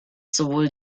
sowohl